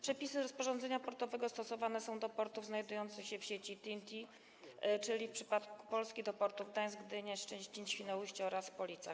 Przepisy rozporządzenia portowego stosowane są do portów znajdujących się w sieci TEN-T, czyli w przypadku Polski do portów: Gdańsk, Gdynia, Szczecin, Świnoujście oraz Police.